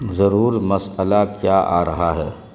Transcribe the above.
ضرور مسئلہ کیا آ رہا ہے